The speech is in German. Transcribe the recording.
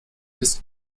ist